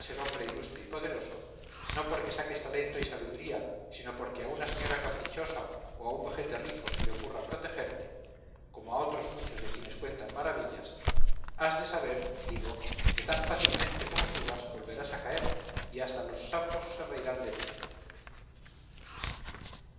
ser hombre ilustre y poderoso no porque saques talento y sabiduría sino porque a una señora caprichosa o a un vejete rico se le ocurra protegerte como a otros muchos de quienes cuentan maravillas has de saber digo que tan fácilmente como subas volverás a caer y hasta los sapos se reirán de ti